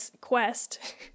quest